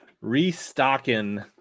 restocking